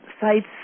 sites